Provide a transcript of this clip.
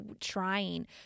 trying